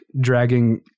dragging